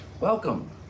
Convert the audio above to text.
Welcome